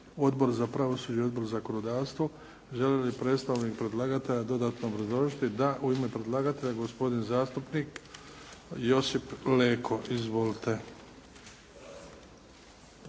Odbor za pravosuđe i Odbor za zakonodavstvo. Želi li predstavnik predlagatelja dodatno obrazložiti? Da. U ime predlagatelja gospodin zastupnik Josip Leko. Izvolite.